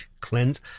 cleanse